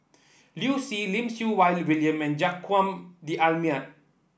Liu Si Lim Siew Wai William and Joaquim D'Almeida